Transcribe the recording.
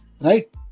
Right